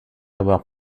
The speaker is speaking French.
avoir